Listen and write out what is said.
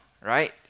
right